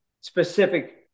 specific